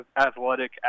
athletic